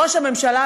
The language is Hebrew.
ראש הממשלה,